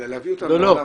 אלא להביא אותם --- לא,